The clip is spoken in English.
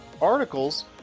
articles